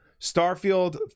Starfield